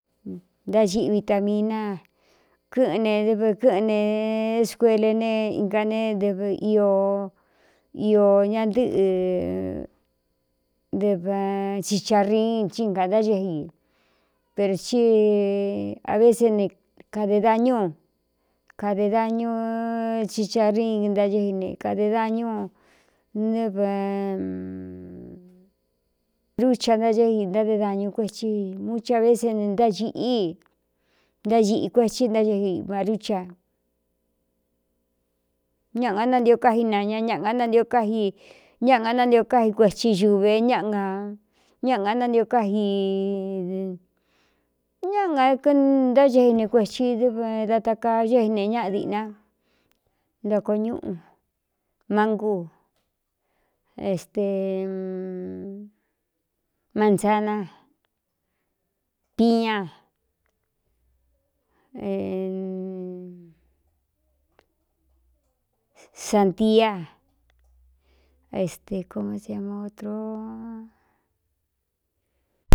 Ntáciꞌ vitamina kɨꞌɨn ne dɨve kɨ́ꞌɨn ne escuele ne ika ne ɨ iō ñatɨ ɨo dɨ chicharin cingāntácɨj i per tí a vése ne kade dañú cade dañu chichariin ntácɨi ne kade dañu nɨve rucha ntácɨj i ntáde dañu kuethi mucha vésene ntácīꞌii ntáīꞌi kuethí náɨi rucha ñaꞌa gá nántio káji naña ñaꞌa gá nanio káji ñáꞌa ga nántio káji kuechi xuve ñꞌañáꞌa gá nántio káji ñáꞌa a k ntáceine kuechi dɨv da ta kaa cé́ꞌi ne ñaꞌa diꞌna ntoko ñúꞌu mángú este mansana piña santia a este como se llama otro.